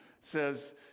says